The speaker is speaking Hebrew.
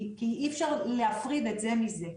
כי אי אפשר להפריד את זה מזה.